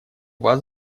вас